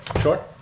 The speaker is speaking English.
sure